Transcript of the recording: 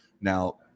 Now